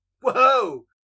Whoa